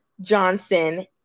Johnson